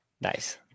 Nice